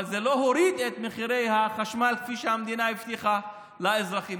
אבל זה לא הוריד את מחירי החשמל כפי שהמדינה הבטיחה לאזרחים.